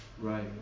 Right